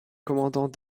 commandant